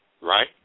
Right